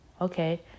Okay